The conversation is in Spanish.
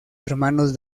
hermanos